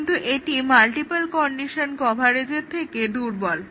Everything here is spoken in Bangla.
কিন্তু এটি মাল্টিপল কন্ডিশন কভারেজের থেকে দুর্বল